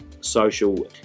social